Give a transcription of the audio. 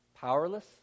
powerless